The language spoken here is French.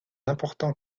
important